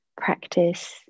practice